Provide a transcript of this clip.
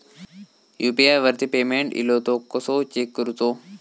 UPI वरती payment इलो तो कसो चेक करुचो?